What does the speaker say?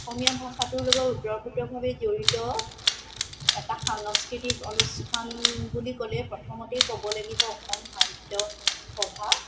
অসমীয়া ভাষাটোৰ লগত ওতঃপ্ৰোতভাৱে জড়িত এটা সাংস্কৃতিক অনুষ্ঠান বুলি ক'লে প্ৰথমতেই ক'ব লাগিব অসম সাহিত্য সভা